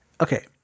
okay